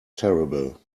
terrible